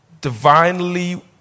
divinely